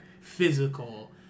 physical